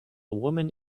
woman